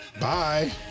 Bye